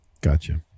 gotcha